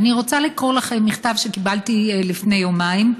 אני רוצה לקרוא לכם מכתב שקיבלתי לפני יומיים,